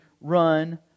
run